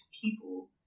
people